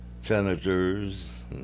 senators